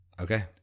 Okay